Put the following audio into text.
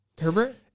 Herbert